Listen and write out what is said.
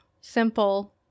simple